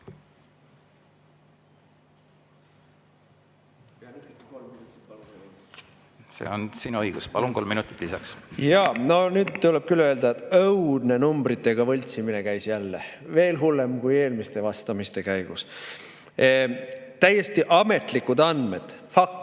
See on sinu õigus. Palun, kolm minutit lisaks. Nüüd tuleb küll öelda, et õudne numbritega võltsimine käis jälle, veel hullem kui eelmiste vastamiste käigus. Täiesti ametlikud andmed: fakt,